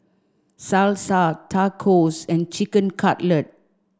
Salsa Tacos and Chicken Cutlet